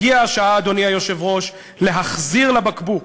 הגיעה השעה, אדוני היושב-ראש, להחזיר לבקבוק